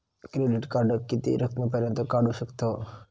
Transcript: Credit card किती रकमेपर्यंत काढू शकतव?